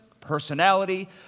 personality